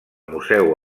museu